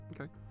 Okay